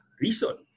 reason